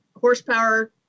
horsepower